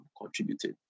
contributed